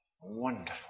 Wonderful